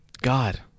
God